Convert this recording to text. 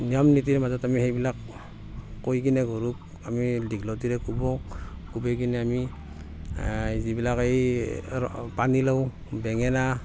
নিয়ম নীতিৰ মাজত আমি সেইবিলাক কৈ কিনে গৰুক আমি দীঘলতিৰে কোবাওঁ কোবাই কিনে আমি যিবিলাক এই পানীলাও বেঙেনা